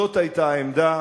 זאת היתה העמדה.